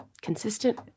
consistent